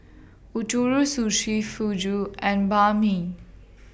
Ootoro Sushi Fugu and Banh MI